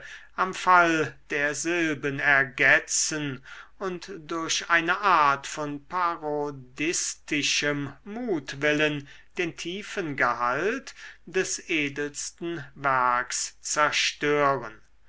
am fall der silben ergetzen und durch eine art von parodistischem mutwillen den tiefen gehalt des edelsten werks zerstören